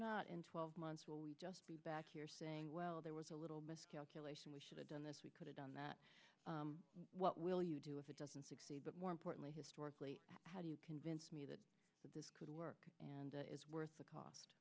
not in twelve months will you just be back here saying well there was a little miscalculation we should have done this we could have that what will you do if it doesn't succeed but more importantly historically how do you convince me that this could work and it's worth the cost